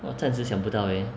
哇真的是想不到诶